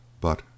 But